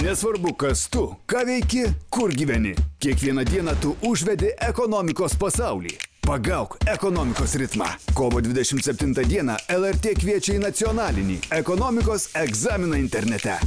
nesvarbu kas tu ką veiki kur gyveni kiekvieną dieną tu užvedi ekonomikos pasaulį pagauk ekonomikos ritmą kovo dvidešimt septintą dieną lrt kviečia į nacionalinį ekonomikos egzaminą internete